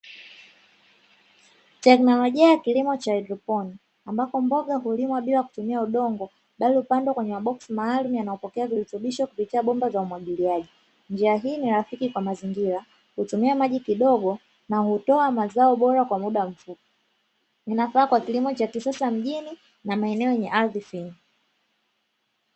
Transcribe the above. Teknolojia ya kilimo cha haidroponi ambako mboga hulimwa bila kutumia udongo, bali hupandwa kwenye maboksi maalumu yanayopokea virutubisho kupitia bomba za umwagiliaji, njia hii ni rafiki kwa mazingira hutumia maji kidogo na hutoa mazao bora kwa muda mfupi, inafaa kwa kilimo cha kisasa mjini na maeneo yenye Ardhi finyu.